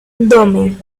dome